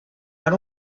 per